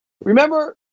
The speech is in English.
Remember